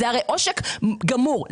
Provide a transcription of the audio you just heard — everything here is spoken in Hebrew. זה הרי עושק גמור.